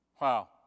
Wow